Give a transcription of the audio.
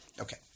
Okay